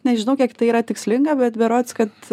nežinau kiek tai yra tikslinga bet berods kad